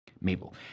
Mabel